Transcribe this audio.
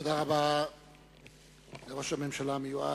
תודה רבה לראש הממשלה המיועד,